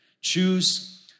Choose